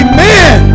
Amen